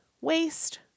waist